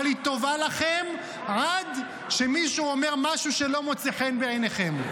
אבל היא טובה לכם עד שמישהו אומר משהו שלא מוצא חן בעיניכם.